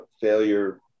failure